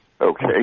okay